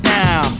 now